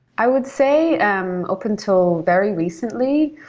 i would say um up until very recently,